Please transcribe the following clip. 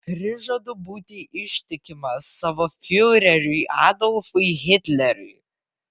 prižadu būti ištikimas savo fiureriui adolfui hitleriui